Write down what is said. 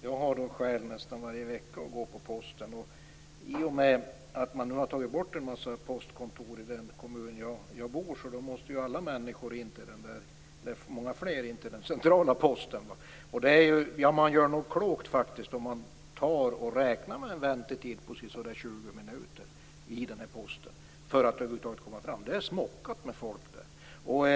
Jag går själv nästan varje vecka till Posten. I och med att man har tagit bort en mängd postkontor i den kommun som jag bor i måste fler människor åka till den centrala Posten. Man gör då nog klokt i att räkna med en väntetid på omkring 20 minuter för att komma fram. Det är smockat med människor där.